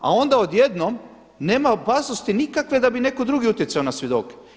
A onda odjednom nema opasnosti nikakve da bi netko drugi utjecao na svjedoke.